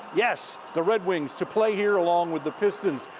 yes, the red wings to play here along with the pistons.